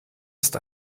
ist